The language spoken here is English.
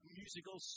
musical